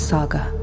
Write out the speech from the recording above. Saga